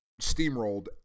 steamrolled